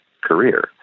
career